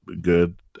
good